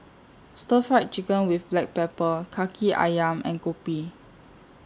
Stir Fried Chicken with Black Pepper Kaki Ayam and Kopi